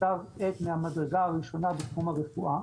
כתב עת מהמדרגה הראשונה בתחום הרפואה